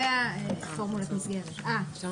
יש גם חומרים שאינם מסנני קרינה שיכולים לגרום לפוטו אינדיוס.